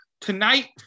tonight